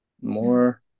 more